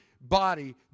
body